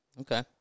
Okay